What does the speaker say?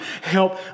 help